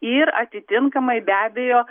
ir atitinkamai be abejo